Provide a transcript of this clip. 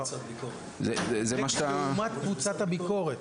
לא, לעומת קבוצת הביקורת.